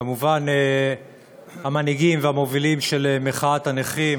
וכמובן המנהיגים והמובילים של מחאת הנכים